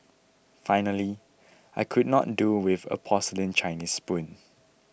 finally I could not do with a porcelain Chinese spoon